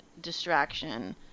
distraction